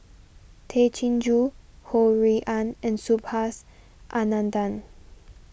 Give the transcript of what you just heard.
Tay Chin Joo Ho Rui An and Subhas Anandan